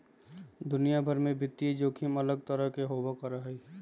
दुनिया भर में वित्तीय जोखिम अलग तरह के होबल करा हई